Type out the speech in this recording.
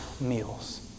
meals